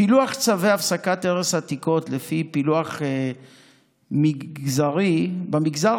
פילוח צווי הפסקת הרס עתיקות לפי פילוח מגזרי: במגזר